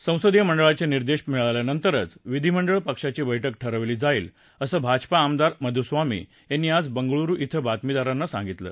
संसदीय मंडळाचे निर्देश मिळाल्यानंतरच विधीमंडळ पक्षाची बैठक ठरवली जाईल असं भाजपा आमदार मधुस्वामी यांनी आज बंगळुरु शिव बातमीदारांना सांगितलं